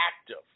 active